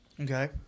Okay